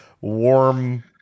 warm